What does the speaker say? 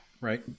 right